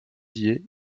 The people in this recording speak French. dié